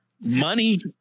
Money